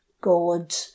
God